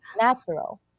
natural